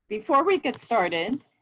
before we get started,